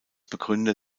begründer